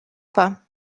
pas